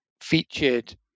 featured